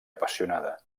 apassionada